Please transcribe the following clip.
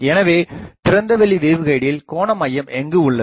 எனவே திறந்தவெளி வேவ்கைடில் கோணமையம் எங்கு உள்ளது